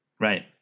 Right